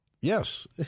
Yes